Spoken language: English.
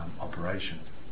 operations